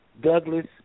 Douglas